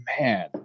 man